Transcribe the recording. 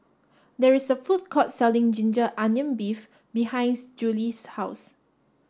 there is a food court selling Ginger Onion Beef behind Julie's house